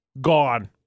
gone